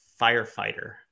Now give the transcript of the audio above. firefighter